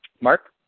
Mark